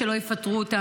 שלא יפטרו אותן,